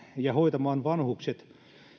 ja hoitamaan vanhukset